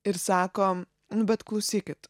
ir sako nu bet klausykit